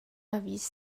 erwies